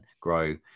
grow